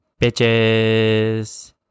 bitches